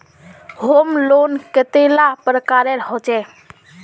Home loan कतेला प्रकारेर होचे?